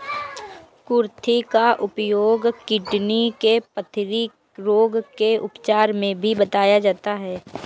कुर्थी का उपयोग किडनी के पथरी रोग के उपचार में भी बताया जाता है